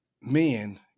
Men